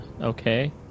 okay